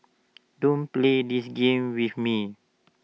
don't play this game with me